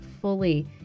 fully